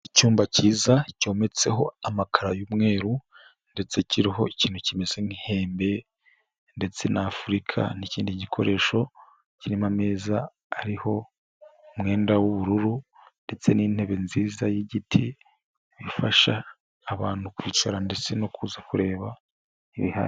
Icyumba cyiza cyometseho amakaro y'umweru ndetse kiriho ikintu kimeze nk'ihembe ndetse na afurika n'ikindi gikoresho, kirimo ameza ariho umwenda w'ubururu ndetse n'intebe nziza y'igiti, bifasha abantu kwicara ndetse no kuza kureba ibihari.